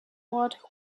ort